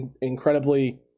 incredibly